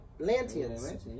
Atlanteans